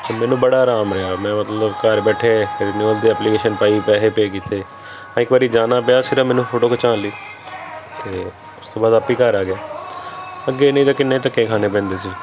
ਅਤੇ ਮੈਨੂੰ ਬੜਾ ਆਰਾਮ ਰਿਹਾ ਮੈਂ ਮਤਲਬ ਘਰ ਬੈਠੇ ਰਿਊਨਲ ਦੀ ਐਪਲੀਕੇਸ਼ਨ ਪਾਈ ਪੈਸੇ ਪੇ ਕੀਤੇ ਹਾਂ ਇੱਕ ਵਾਰ ਜਾਣਾ ਪਿਆ ਸਿਰਫ਼ ਮੈਨੂੰ ਫੋਟੋ ਖਿਚਾਉਣ ਲਈ ਅਤੇ ਉਸ ਤੋਂ ਬਾਅਦ ਆਪੇ ਹੀ ਘਰ ਆ ਗਿਆ ਅੱਗੇ ਨਹੀਂ ਤਾਂ ਕਿੰਨੇ ਧੱਕੇ ਖਾਣੇ ਪੈਂਦੇ ਸੀ